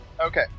Okay